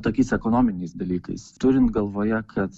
tokiais ekonominiais dalykais turint galvoje kad